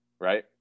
right